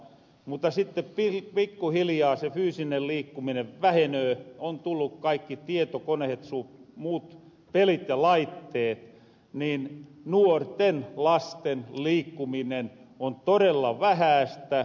mutta sitten pikkuhiljaa se fyysinen liikkuminen vähenöö on tullu kaikki tietokonehet sun muut pelit ja laitteet niin nuorten ja lasten liikkuminen on todella vähäästä